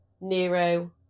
Nero